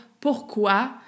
pourquoi